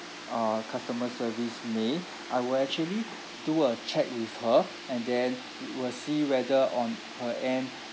uh customer service may I will actually do a check with her and then we will see whether on her end